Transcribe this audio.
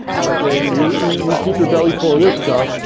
okay you, you keep your belly full of this stuff.